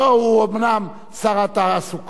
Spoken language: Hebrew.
הוא אומנם שר התעסוקה,